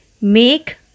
make